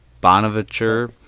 Bonaventure